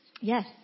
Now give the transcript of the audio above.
Yes